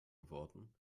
geworden